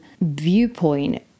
viewpoint